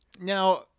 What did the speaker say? Now